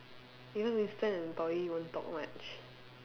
even Winston and Toh Yi won't talk much